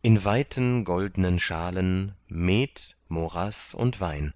in weiten goldnen schalen met moraß und wein